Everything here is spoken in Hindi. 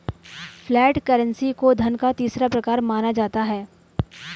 फ्लैट करेंसी को धन का तीसरा प्रकार माना जाता है